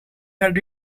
had